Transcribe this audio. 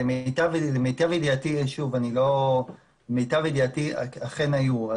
למיטב ידיעתי אכן היו.